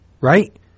Right